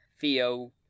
Theo